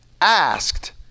asked